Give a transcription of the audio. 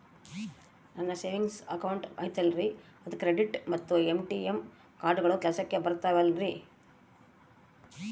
ನನ್ನ savings account ಐತಲ್ರೇ ಅದು ಕ್ರೆಡಿಟ್ ಮತ್ತ ಎ.ಟಿ.ಎಂ ಕಾರ್ಡುಗಳು ಕೆಲಸಕ್ಕೆ ಬರುತ್ತಾವಲ್ರಿ?